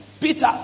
Peter